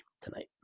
tonight